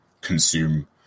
consume